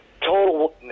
total